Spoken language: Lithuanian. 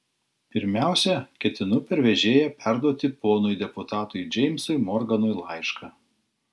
pirmiausia ketinu per vežėją perduoti ponui deputatui džeimsui morganui laišką